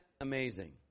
amazing